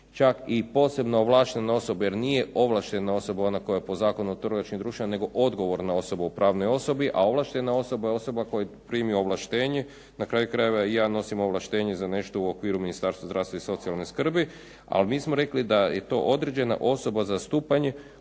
čak i posebno ovlaštena osoba jer nije ovlaštena osoba ona koja je po Zakonu o trgovačkim društvima nego odgovorna osoba u pravnoj osobi, a ovlaštena osoba je osoba koja primi ovlaštenje. Na kraju krajeva i ja nosim ovlaštenje za nešto u okviru Ministarstva zdravstva i socijalne skrbi. Ali mi smo rekli da je to određena osoba za zastupanje